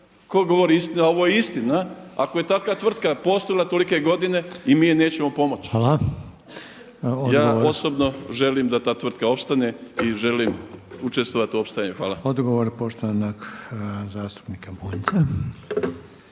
tko govori istinu, a ovo je istina, ako je takva tvrtka postojala tolike godine i mi joj nećemo pomoći. Ja osobno želim da ta tvrtka opstane i želim učestvovati u opstajanju. Hvala. **Reiner, Željko (HDZ)** Odgovor poštovanog zastupnika Bunjca.